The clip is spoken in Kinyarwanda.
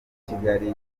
kigali